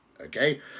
okay